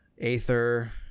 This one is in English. aether